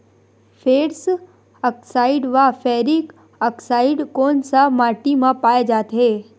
Ferrous oxide व ferric oxide कोन सा माटी म पाय जाथे?